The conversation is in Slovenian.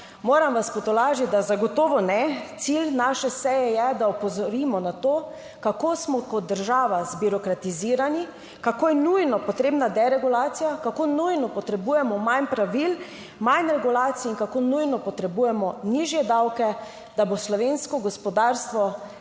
Moram vas potolažiti, da zagotovo ne. Cilj naše seje je, da opozorimo na to, kako smo kot država zbirokratizirani, kako je nujno potrebna deregulacija, kako nujno potrebujemo manj pravil, manj regulacij in kako nujno potrebujemo nižje davke, da bo slovensko gospodarstvo